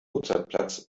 mozartplatz